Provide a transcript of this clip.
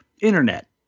internet